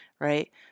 right